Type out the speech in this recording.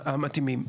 המתאימים.